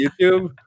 YouTube